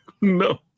No